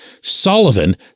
Sullivan